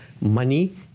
money